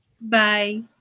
Bye